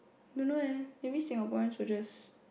don't know eh maybe Singaporeans should just